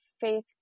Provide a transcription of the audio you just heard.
faith